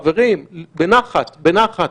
חברים, בנחת, בנחת.